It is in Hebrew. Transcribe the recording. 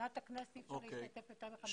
מבחינת הכנסת אי אפשר להתאסף יותר מ-15 אנשים.